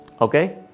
Okay